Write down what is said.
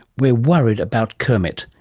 we are worried about kermit,